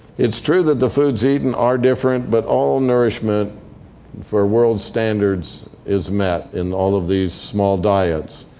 it's true that the foods eaten are different. but all nourishment for world standards is met in all of these small diets.